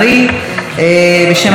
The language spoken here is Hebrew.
בשם הבית היהודי,